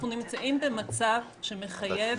אנחנו נמצאים במצב שמחייב